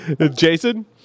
Jason